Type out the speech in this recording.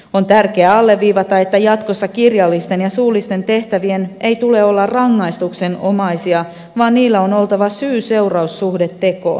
on tärkeää alleviivata että jatkossa kirjallisten ja suullisten tehtävien ei tule olla rangaistuksenomaisia vaan niillä on oltava syyseuraus suhde tekoon